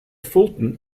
fulton